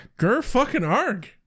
Ger-fucking-arg